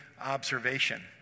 observation